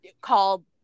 called